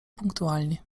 punktualni